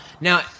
Now